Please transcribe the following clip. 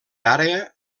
àrea